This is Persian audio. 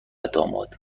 داماد